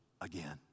again